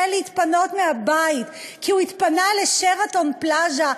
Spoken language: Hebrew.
להתפנות מהבית כי הוא התפנה ל"שרתון פלאזה".